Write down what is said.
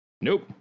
Nope